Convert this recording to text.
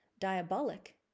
Diabolic